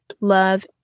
love